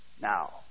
now